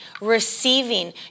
receiving